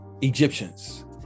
Egyptians